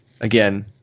again